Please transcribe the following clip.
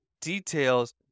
details